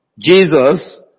Jesus